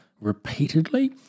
repeatedly